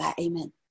Amen